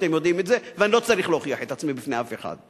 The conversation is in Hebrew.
אתם יודעים את זה ואני לא צריך להוכיח את עצמי בפני אף אחד,